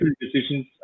decisions